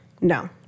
No